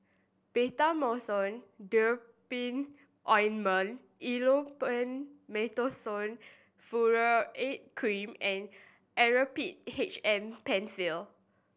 Betamethasone Dipropionate Ointment Elomet Mometasone Furoate Cream and Actrapid H M Penfill